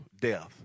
death